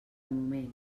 moment